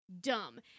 dumb